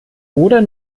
oder